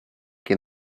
que